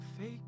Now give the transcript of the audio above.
fake